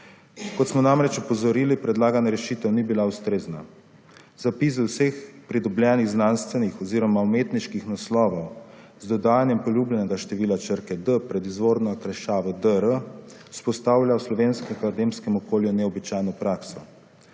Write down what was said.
Kot smo namreč opozorili, predlagana rešitev ni bila ustrezna. Zapis vseh pridobljenih znanstvenih oziroma umetniških naslovov z dodajanjem poljubljenega števila črke »d« pred izvorno okrajšavo »dr«, vzpostavlja v slovenskem akademskem okolju neobičajno prakso.